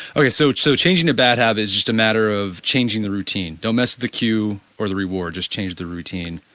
okay. so, so changing the bad habit is just a matter of changing the routine. don't mess the cue or the reward. just change the routine,